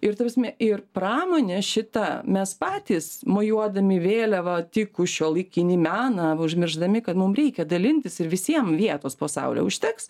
ir ta prasme ir pramonę šitą mes patys mojuodami vėliava tik už šiuolaikinį meną užmiršdami kad mum reikia dalintis ir visiem vietos po saule užteks